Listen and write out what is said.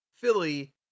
Philly